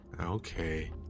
Okay